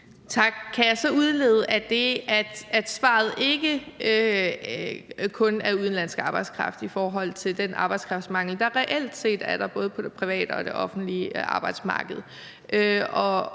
Tak. Kan jeg så af det udlede, at svaret ikke kun er udenlandsk arbejdskraft i forhold til den arbejdskraftmangel, der reelt set er på både det private og det offentlige arbejdsmarked?